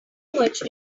much